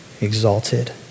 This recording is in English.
exalted